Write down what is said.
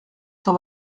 s’en